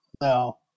No